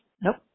Nope